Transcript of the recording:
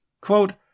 Quote